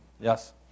Yes